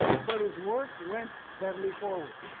but his work went steadily forward.